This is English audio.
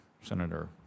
Senator